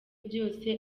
byose